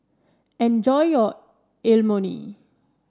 enjoy your Lmoni